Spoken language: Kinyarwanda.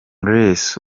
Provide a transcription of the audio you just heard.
grace